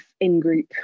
in-group